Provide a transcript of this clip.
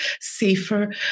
safer